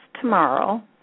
tomorrow